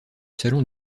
salon